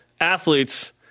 athletes